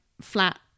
flat